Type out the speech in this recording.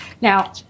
Now